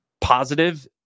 positive